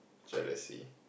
jealousy